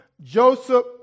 Joseph